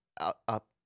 up